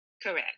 Correct